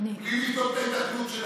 בלי לבדוק את ההיתכנות,